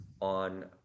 on